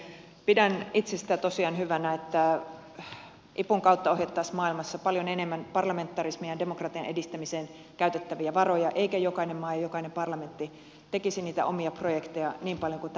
pidän itse sitä tosiaan hyvänä että ipun kautta ohjattaisiin paljon enemmän parlamentarismin ja demokratian edistämiseen käytettäviä varoja eikä jokainen maa ja jokainen parlamentti tekisi niitä omia projekteja niin paljon kuin tänä päivänä tehdään